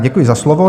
Děkuji za slovo.